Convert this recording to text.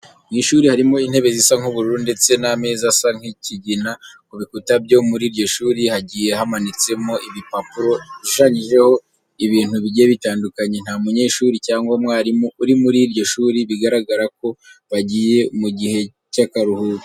Mu ishuri harimo intebe zisa nk'ubururu ndetse n'ameza asa nk'ikigina. Ku bikuta byo muri iryo shuri hagiye hamanitseho ibipapuro bishushanyijeho ibintu bigiye bitandukanye. Nta munyeshuri cyangwa umwarimu uri muri iryo shuri, bigaragara ko bagiye mu gihe cy'akaruhuko.